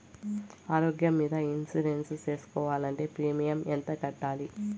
ఆరోగ్యం మీద ఇన్సూరెన్సు సేసుకోవాలంటే ప్రీమియం ఎంత కట్టాలి?